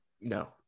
No